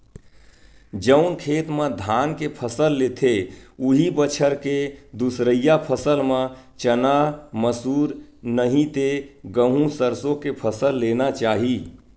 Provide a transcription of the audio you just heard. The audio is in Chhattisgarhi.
जउन खेत म धान के फसल लेथे, उहीं बछर के दूसरइया फसल म चना, मसूर, नहि ते गहूँ, सरसो के फसल लेना चाही